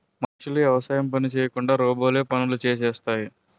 మనుషులు యవసాయం పని చేయకుండా రోబోలే పనులు చేసేస్తాయి